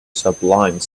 sublime